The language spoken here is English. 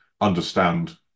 understand